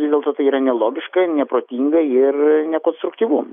vis dėlto tai yra nelogiška neprotinga ir nekonstruktyvu